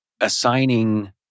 assigning